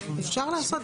אפשר לעשות.